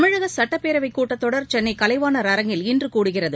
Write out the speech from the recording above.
தமிழக சட்டப்பேரவைக் கூட்டத்தொடர் சென்னை கலைவாணர் அரங்கில் இன்று கூடுகிறது